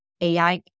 AI